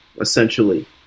essentially